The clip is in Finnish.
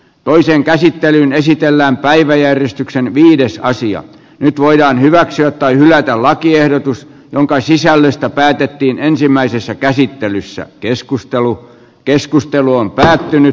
toiseen käsittelyyn esitellään päiväjärjestyksen viides nyt voidaan hyväksyä tai hylätä lakiehdotus jonka sisällöstä päätettiin ensimmäisessä käsittelyssä keskustelu keskustelu on päättynyt